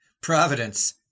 Providence